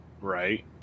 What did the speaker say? Right